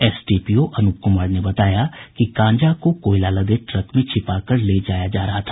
SDPO Anoop Kumar ने बताया कि गांजा को कोयला लदे ट्रक में छिपाकर ले जाया जा रहा था